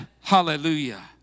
Hallelujah